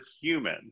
human